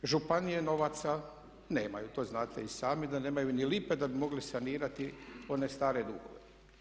Županije novaca nemaju to znate i sami da nemaju ni lipe da bi mogli sanirati one stare dugove.